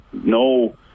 no